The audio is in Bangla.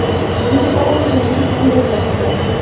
জিঙ্ক অভাবে জমিতে কি কি রোগ দেখাদেয়?